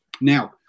now